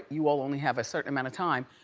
you all only have a certain amount of time.